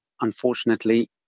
unfortunately